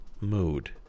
mood